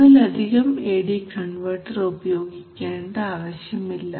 ഒന്നിലധികം A D converter ഉപയോഗിക്കേണ്ട ആവശ്യമില്ല